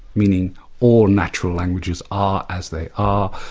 meaning all natural languages are as they are,